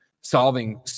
solving